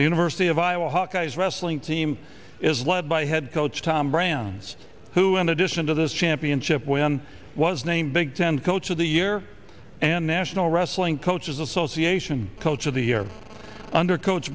the university of iowa hawkeyes wrestling team is led by head coach tom brands who in addition to this championship win was named big ten coach of the year and national wrestling coaches association coach of the year under coach